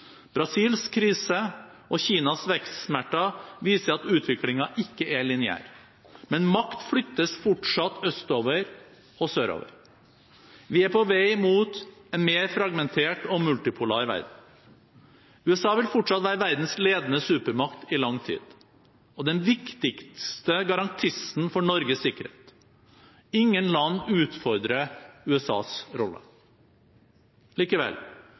Brasils krise og Kinas vekstsmerter viser at utviklingen ikke er lineær, men makt flyttes fortsatt østover og sørover. Vi er på vei mot en mer fragmentert og multipolar verden. USA vil fortsatt være verdens ledende supermakt i lang tid og den viktigste garantisten for Norges sikkerhet. Ingen land utfordrer USAs rolle. Likevel